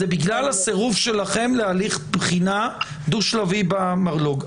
זה בגלל הסירוב שלכם להליך בחינה דו-שלבי במרלו"ג.